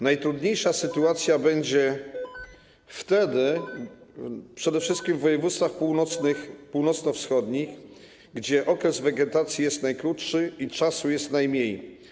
Najtrudniejsza sytuacja będzie wtedy przede wszystkim w województwach północno-wschodnich, gdzie okres wegetacji jest najkrótszy i czasu jest najmniej.